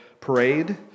parade